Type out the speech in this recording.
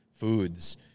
foods